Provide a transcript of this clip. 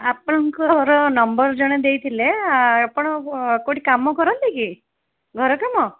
ଆପଣଙ୍କର ନମ୍ବର ଜଣେ ଦେଇଥିଲେ ଆପଣ କେଉଁଠି କାମ କରନ୍ତି କି ଘର କାମ